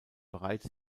bereits